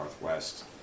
Northwest